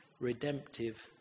redemptive